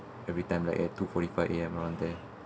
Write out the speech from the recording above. every time like at two forty five A_M there